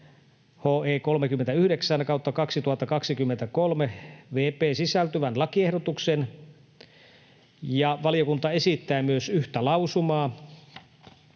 HE 39/2023 vp sisältyvän lakiehdotuksen. Valiokunta esittää myös yhtä lausumaa